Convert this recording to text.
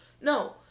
no